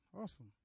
awesome